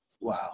wow